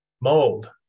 mold